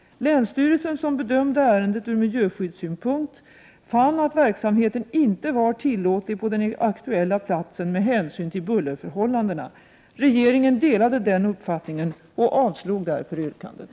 Länsstyrelsen, som bedömde ärendet från miljöskyddssynpunkt, fann att verksamheten inte var tillåtlig på den aktuella platsen med hänsyn till bullerförhållandena. Regeringen delade den uppfattningen och avslog därför överklagandet.